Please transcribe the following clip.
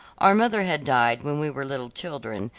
our mother had died when we were little children,